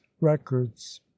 records